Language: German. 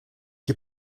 die